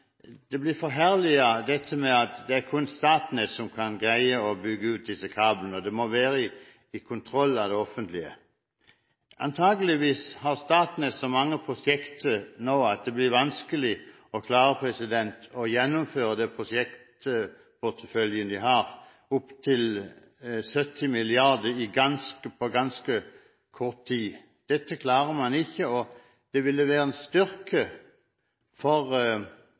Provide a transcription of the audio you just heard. Det blir forherliget dette med at det kun er Statnett som kan greie å bygge ut disse kablene, og at det må være i kontroll av det offentlige. Antakeligvis har Statnett så mange prosjekter nå at det blir vanskelig å klare å gjennomføre den prosjektporteføljen de har, på opptil 70 mrd. kr, på ganske kort tid. Det klarer man ikke, og det ville være en styrke for